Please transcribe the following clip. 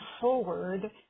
forward